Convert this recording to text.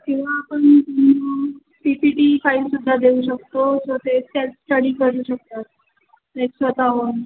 किंवा आपण सि टि टी फाइल सुद्धा देऊ शकतो स्टडी करू शकतात